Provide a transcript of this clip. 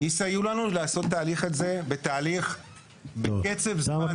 ושהן יסייעו לנו לעשות את זה בתהליך ובקצב זמן שהוא סביר.